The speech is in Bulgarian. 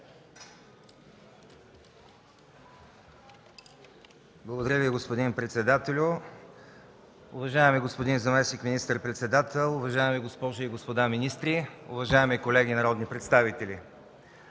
Благодаря Ви, господин председателю. Уважаеми господин заместник министър-председател, уважаеми госпожи и господа министри, уважаеми колеги народни представители!